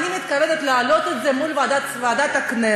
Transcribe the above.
ואני מתכוונת להעלות את זה מול ועדת הכנסת,